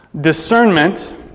Discernment